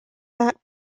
that